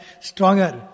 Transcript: stronger